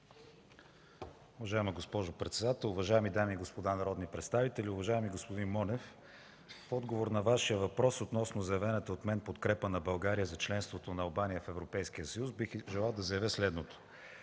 Уважаема госпожо председател, уважаеми дами и господа народни представители, уважаеми господин Монев! В отговор на Вашия въпрос относно заявената от мен подкрепа на България за членството на Албания в Европейския съюз, бих желал да заявя следното.